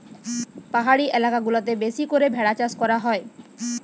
পাহাড়ি এলাকা গুলাতে বেশি করে ভেড়ার চাষ করা হয়